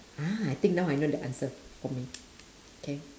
ah I think now I know the answer for me K